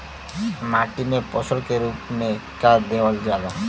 माटी में पोषण के रूप में का देवल जाला?